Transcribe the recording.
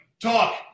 talk